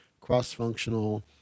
cross-functional